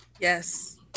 yes